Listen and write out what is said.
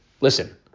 listen